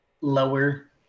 lower